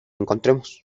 encontremos